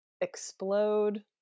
explode